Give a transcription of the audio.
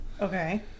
Okay